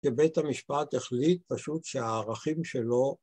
‫כי בית המשפט החליט פשוט ‫שהערכים שלו...